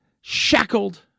shackled